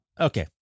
Okay